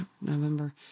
November